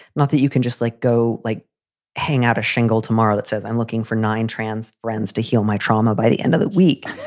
not that you can just like go like hang out a shingle tomorrow. that says i'm looking for nine trans friends to heal my trauma by the end of the week.